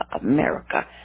America